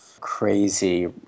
crazy